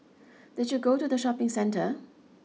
did you go to the shopping centre